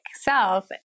self